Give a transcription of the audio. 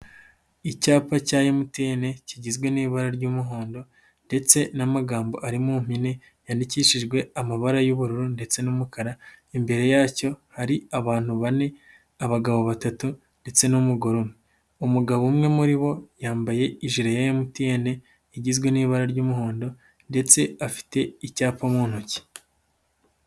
Icyapa cya emutiyene kigizwe n'ibara ry'umuhondo ndetse n'amagambo ari mu mpine yandikishijwe amabara y'ubururu ndetse n'umukara, imbere yacyo hari abantu bane, abagabo batatu ndetse n'umugore umwe. Umugabo umwe muri bo yambaye ijire ya emutiyene igizwe n'ibara ry'umuhondo ndetse afite icyapa mu ntoki.